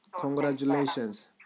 Congratulations